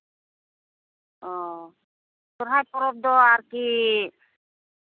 ᱚ ᱥᱚᱨᱦᱟᱭ ᱯᱚᱨᱚᱵᱽ ᱫᱚ ᱟᱨᱠᱤ